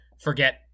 Forget